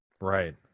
Right